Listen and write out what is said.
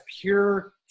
pure